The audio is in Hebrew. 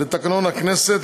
לתקנון הכנסת,